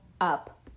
up